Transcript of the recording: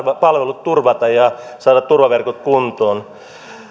palvelut turvata ja saada turvaverkot kuntoon